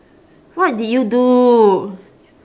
what did you do